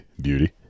Beauty